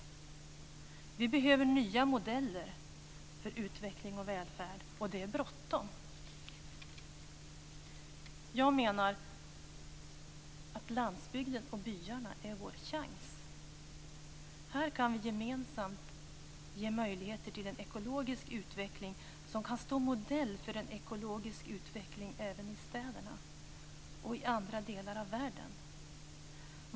Vi behöver nya modeller för utveckling och välfärd, och det är bråttom. Jag menar att landsbygden och byarna är vår chans. Här kan vi gemensamt ge möjligheter till en ekologisk utveckling, som kan stå modell för en ekologisk utveckling även i städerna och i andra delar av världen.